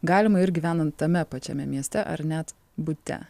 galima ir gyvenant tame pačiame mieste ar net bute